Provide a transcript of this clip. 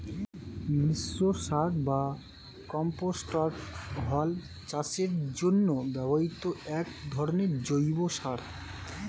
মিশ্র সার বা কম্পোস্ট হল চাষের জন্য ব্যবহৃত এক ধরনের জৈব সার